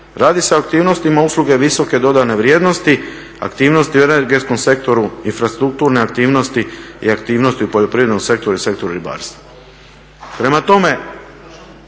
radi se o aktivnostima usluge visoke dodane vrijednosti, aktivnosti u energetskom sektoru, infrastrukturne aktivnosti i aktivnosti u poljoprivrednom sektoru i sektoru ribarstva.